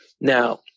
Now